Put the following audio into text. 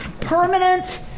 permanent